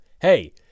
hey